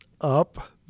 up